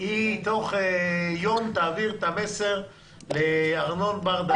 היא בתוך יום תעביר את המסר לארנון בר דוד,